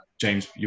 James